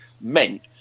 meant